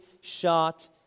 shot